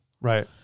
Right